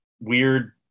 weird